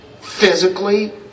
physically